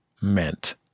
meant